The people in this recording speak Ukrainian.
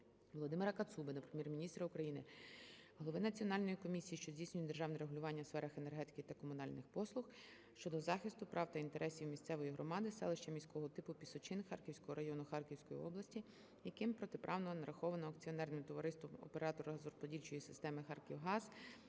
Володимира Кацуби до Прем'єр-міністра України, голови Національної комісії, що здійснює державне регулювання у сферах енергетики та комунальних послуг щодо захисту прав та інтересів місцевої громади селища міського типу Пісочин Харківського району Харківської області, яким протиправно нараховано акціонерним товариством "Оператор газорозподільної системи "Харківгаз"